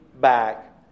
back